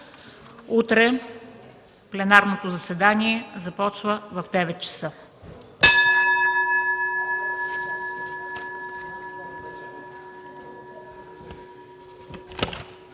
Утре пленарното заседание започва в 9,00 ч.